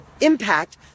Impact